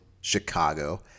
Chicago